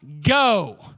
go